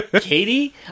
Katie